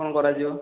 କ'ଣ କରାଯିବ